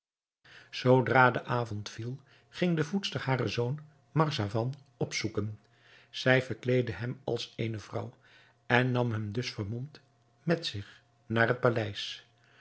zoodra de avond viel ging de voedster haren zoon marzavan opzoeken zij verkleedde hem als eene vrouw en nam hem dus vermomd met zich naar het paleis